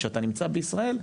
כשאתה נמצא בישראל,